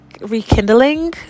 rekindling